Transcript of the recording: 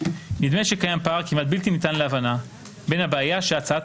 נדמה שקיים פער כמעט בלתי ניתן להבנה בין הבעיה שהצעת